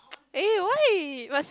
eh why must